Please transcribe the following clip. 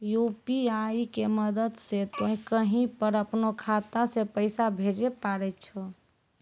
UPI के मदद से तोय कहीं पर अपनो खाता से पैसे भेजै पारै छौ